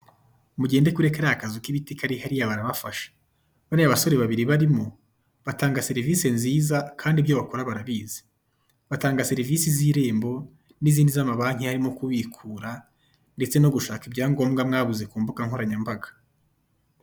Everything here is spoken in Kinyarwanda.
Mugende kuri kariya kazu k'ibiti kari hariya barabafasha bariya basore babiri barimo batanga serivise nziza kandi ibyo bakora barabizi batanga serivise z'Irembo, n'izindi z'amabanki harimo nko kubikura ndetse no gushaka ibindi byangombwa mwabuze ku mbugankoranyambaga.